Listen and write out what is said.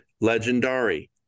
Legendary